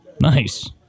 Nice